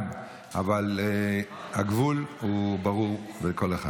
אבל הגבול ברור לכל אחד.